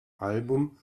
album